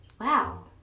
wow